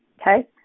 okay